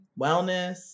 wellness